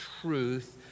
truth